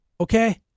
Okay